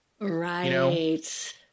right